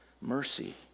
mercy